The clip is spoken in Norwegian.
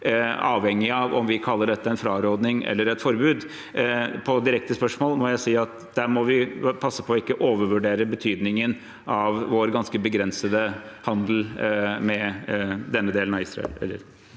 avhengig av om vi kaller dette en fraråding eller et forbud. På direkte spørsmål må jeg si at vi må passe på ikke å overvurdere betydningen av vår ganske begrensede handel med denne delen av Israel.